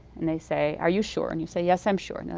and they say, are you sure? and you say, yes, i'm sure. and